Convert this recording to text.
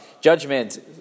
judgment